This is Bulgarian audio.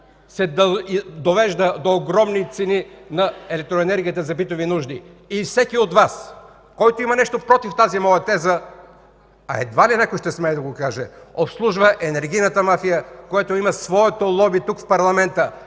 довежда до огромни цени на електроенергията за битови нужди? Всеки от Вас, който има нещо против тази моя теза, а едва ли някой ще смее да го каже, обслужва енергийната мафия, която има своето лоби тук, в парламента.